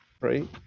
Right